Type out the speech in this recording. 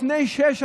לפני שש שנים,